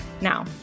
Now